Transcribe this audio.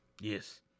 Yes